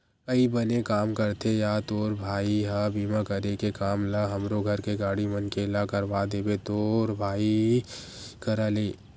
अई बने काम करथे या तोर भाई ह बीमा करे के काम ल हमरो घर के गाड़ी मन के ला करवा देबे तो तोर भाई करा ले